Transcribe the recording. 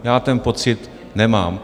Já ten pocit nemám.